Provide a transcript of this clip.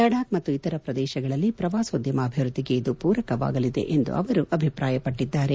ಲಡಾಖ್ ಮತ್ತು ಇತರ ಪ್ರದೇಶಗಳಲ್ಲಿ ಪ್ರವಾಸೋದ್ಯಮ ಅಭಿವೃದ್ಧಿಗೆ ಇದು ಪೂರಕವಾಗಲಿದೆ ಎಂದು ಅವರು ಅಭಿಪ್ರಾಯಪಟ್ಟಿದ್ದಾರೆ